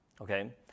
okay